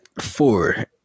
four